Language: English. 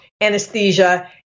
anesthesia